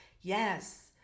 Yes